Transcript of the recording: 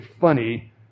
funny